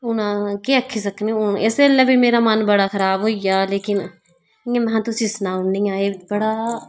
होन इस गल्ला बी मन मेरा बडा खराब होई गेआ में तुसें गी सनाई ओड़नी हां बड़ा